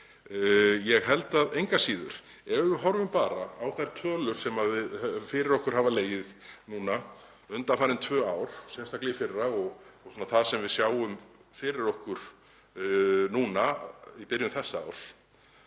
Ég held engu að síður, ef við horfum bara á þær tölur sem fyrir okkur hafa legið undanfarin tvö ár, sérstaklega í fyrra, og það sem við sjáum fyrir okkur í byrjun þessa árs,